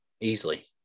easily